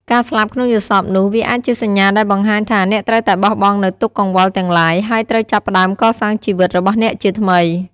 ការស្លាប់ក្នុងយល់សប្តិនោះ វាអាចជាសញ្ញាដែលបង្ហាញថា អ្នកត្រូវតែបោះបង់នូវទុក្ខកង្វល់ទាំងឡាយ ហើយត្រូវចាប់ផ្តើមកសាងជីវិត របស់អ្នកជាថ្មី។